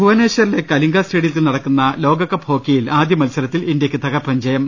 ഭുവനേശ്വറിലെ കലിംഗ സ്റ്റേഡിയത്തിൽ നടക്കുന്ന ലോകകപ്പ് ഹോക്കിയിൽ ആദ്യമത്സരത്തിൽ ഇന്ത്യയ്ക്ക് തകർപ്പൻ വിജയം